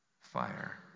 fire